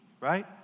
right